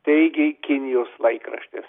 teigė kinijos laikraštis